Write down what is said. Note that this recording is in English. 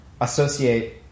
associate